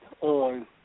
on